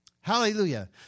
Hallelujah